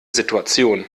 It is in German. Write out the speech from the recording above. situation